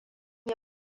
yi